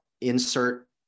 insert